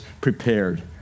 prepared